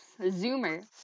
zoomer